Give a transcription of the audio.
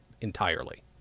entirely